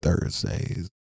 Thursdays